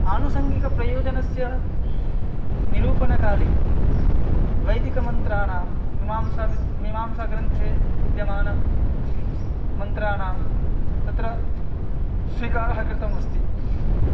आनुसङ्गिकप्रयोजनस्य निरूपणकाले वैदिकमन्त्राणां मीमांसा विद् मीमांसाग्रन्थे विद्यमानमन्त्राणां तत्र स्वीकारः कृतमस्ति